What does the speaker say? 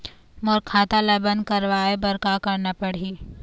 मोर खाता ला बंद करवाए बर का करना पड़ही?